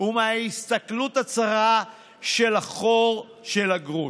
ומההסתכלות הצרה דרך החור של הגרוש.